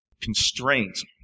constraints